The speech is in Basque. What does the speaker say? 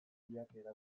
ditzakegu